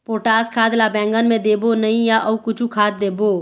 Potash खाद ला बैंगन मे देबो नई या अऊ कुछू खाद देबो?